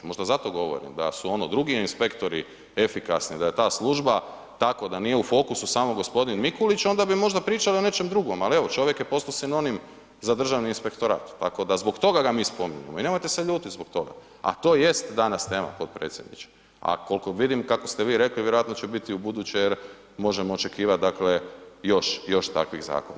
Možda zato govorim da su drugi inspektori efikasni, da je ta služba tako da nije u fokusu samo g. Mikulić onda bi možda pričali o nečem drugom, ali evo čovjek je postao sinonim za državni inspektorat, tako da zbog toga ga mi spominjemo i nemojte se ljutit zbog toga, a to jest danas tema potpredsjedniče, a kolko vidim, kako ste vi rekli, vjerojatno će biti i u buduće jer možemo očekivat dakle još, još takvih zakona.